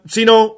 Sino